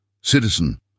Citizen